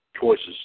choices